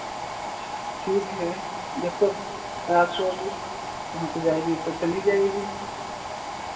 ठीक है जब कोई पास होगी पहुँच जाएगी तो चली जाएगी